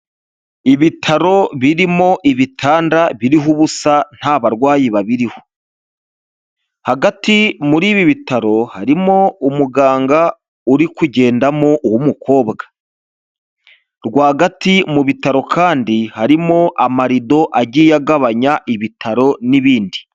Ibitaro birimo ibitanda biriho ubusa nta barwayi babiriho, hagati muri ibi bitaro harimo umuganga uri kugendamo uw'umukobwa, rwagati mu bitaro kandi harimo amarido agiye agabanya ibitaro n'ibindi.